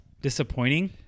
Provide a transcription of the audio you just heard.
Disappointing